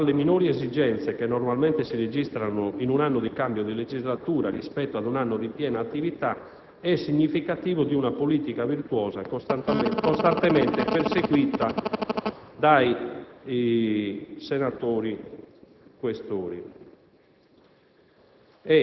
alle minori esigenze che normalmente si registrano in un anno di cambio legislatura rispetto ad un anno di piena attività, è significativo di una politica virtuosa costantemente perseguita dai senatori Questori